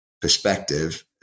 perspective